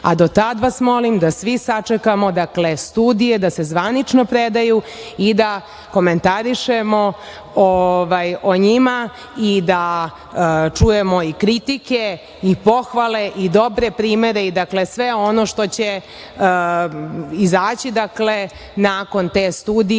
do tad vas molim da svi sačekamo. Dakle, studije da se zvanično predaju i da komentarišemo o njima i da čujemo i kritike i pohvale i dobre primere i sve ono što će izaći nakon te studije